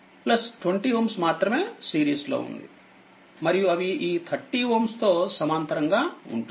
20Ωమాత్రమేసిరీస్ లో ఉందిమరియు అవి ఈ 30Ωతోసమాంతరంగా ఉంటుంది